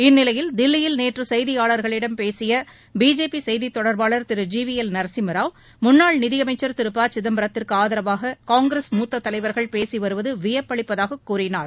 இந்நிலையில் தில்லியில் நேற்று செய்தியாளர்களிடம் பேசிய பிஜேபி செய்தித் தொடர்பாளர் Thiru G V L Narasimharao முன்னாள் நிதியமைச்சர் திரு பசிதம்பரத்திற்கு ஆதரவாக காங்கிரஸ் மூத்த தலைவர்கள் பேசி வருவது வியப்பளிப்பதாகக் கூறினார்